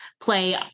play